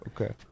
Okay